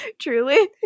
truly